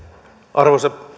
arvoisa